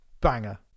Banger